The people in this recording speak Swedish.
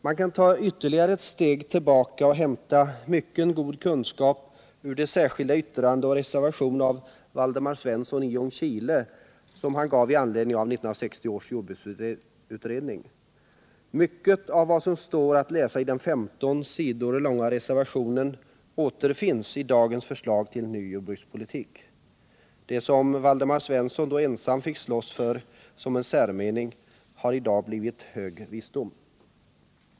Man kan ta ytterligare ett steg tillbaka och hämta mycken god kunskap ur Waldemar Svenssons i Ljungskile särskilda yttrande och reservation i anledning av 1960 års jordbruksutredning. Mycket av vad som står att läsa i den 15 sidor långa reservationen återfinns i dagens förslag till ny jordbrukspolitik. Det som Waldemar Svensson då ensam fick slåss för som en särmening har i dag blivit hög visdom.